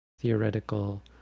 Theoretical